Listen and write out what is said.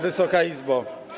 Wysoka Izbo!